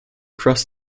crossed